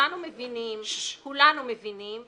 אם יש בעיה לחקלאים היא צריכה להיפתר מול החקלאים,